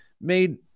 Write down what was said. made